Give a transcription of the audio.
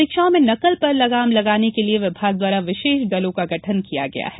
परीक्षाओं में नकल पर लगाम लगाने के लिये विभाग द्वारा विषेष दलों का गठन किया गया है